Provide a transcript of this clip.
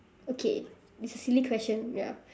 okay it's a silly question ya